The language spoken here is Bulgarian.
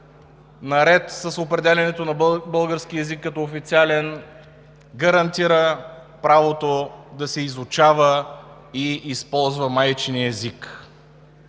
наред с определянето на българския език като официален, гарантира правото да се изучава и използва майчиният език.